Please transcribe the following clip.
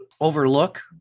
overlook